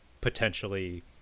potentially